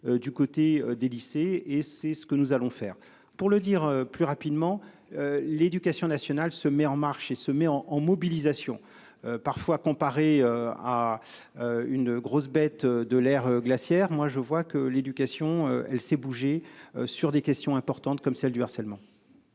Du côté des lycées et c'est ce que nous allons faire pour le dire plus rapidement. L'éducation nationale se met en marche et se met en en mobilisation parfois comparé à. Une grosse bête de l'ère glaciaire. Moi je vois que l'éducation elle s'est bougé sur des questions importantes comme celles du harcèlement.